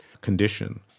condition